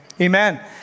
amen